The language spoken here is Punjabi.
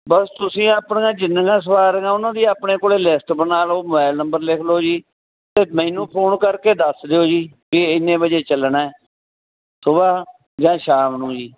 ਬਸ ਤੁਸੀਂ ਆਪਣੀਆਂ ਜਿੰਨੀਆਂ ਸਵਾਰੀਆਂ ਉਹਨਾਂ ਦੀ ਆਪਣੇ ਕੋਲ ਲਿਸਟ ਬਣਾ ਲਓ ਮੋਬਾਈਲ ਨੰਬਰ ਲਿਖ ਲਓ ਜੀ ਅਤੇ ਮੈਨੂੰ ਫੋਨ ਕਰਕੇ ਦੱਸ ਦਿਓ ਜੀ ਕਿ ਇੰਨੇ ਵਜੇ ਚੱਲਣਾ ਸੁਬਹ ਜਾਂ ਸ਼ਾਮ ਨੂੰ ਜੀ